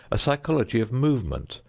a psychology of movement,